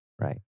right